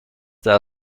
there